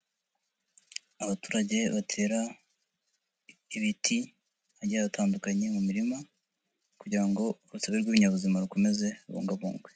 Abaturage batera ibiti, ahagiye hatandukanye mu mirima, kugira ngo urusobe rw'ibinyabuzima rukomeze rubungabungwe.